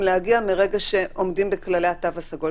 להגיע מרגע שעומדים בכללי התו הסגול.